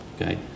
Okay